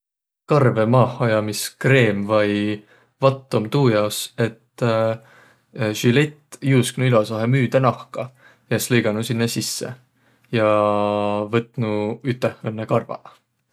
Karvu maahaajamis kreem vai vatt om tuu jaos, et silett juusknuq ilosahe müüdä nahka ja es lõiganuq sinnäq sisse ja võtnuq üteh õnnõ karvaq.